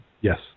Yes